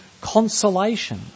consolation